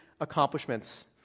accomplishments